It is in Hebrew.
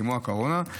כמו הקורונה,